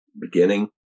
beginning